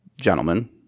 gentlemen